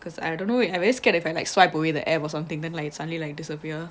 because I don't know I very scared if I like swipe away the air or something then like suddenly like disappear